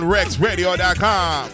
RexRadio.com